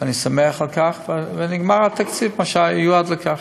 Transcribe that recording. ואני שמח על כך, ונגמר התקציב שהיה מיועד לכך.